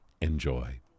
Enjoy